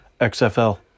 XFL